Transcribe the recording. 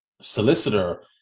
solicitor